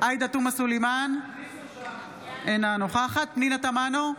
עאידה תומא סלימאן, אינה נוכחת פנינה תמנו,